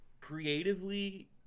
Creatively